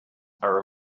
are